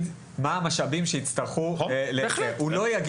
הוא לא יגיד בהכרח את מה שאדוני כרגע אמר,